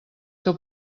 que